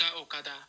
Okada